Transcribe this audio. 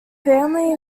family